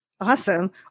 Awesome